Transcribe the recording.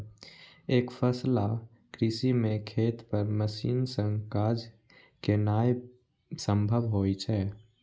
एकफसला कृषि मे खेत पर मशीन सं काज केनाय संभव होइ छै